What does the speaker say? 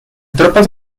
tropas